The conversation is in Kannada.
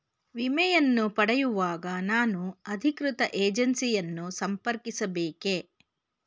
ವಿಮೆಯನ್ನು ಪಡೆಯುವಾಗ ನಾನು ಅಧಿಕೃತ ಏಜೆನ್ಸಿ ಯನ್ನು ಸಂಪರ್ಕಿಸ ಬೇಕೇ?